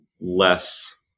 less